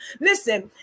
listen